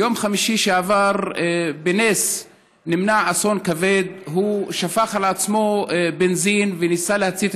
ביום חמישי שעבר בנס נמנע אסון כבד: הוא שפך על עצמו בנזין וניסה להצית